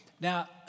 Now